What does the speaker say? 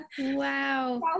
Wow